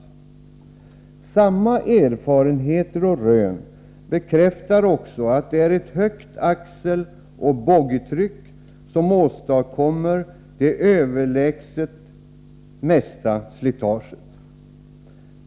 Samma erfarenheter och rön bekräftar också att ett högt axeloch boggitryck åstadkommer det överlägset största slitaget.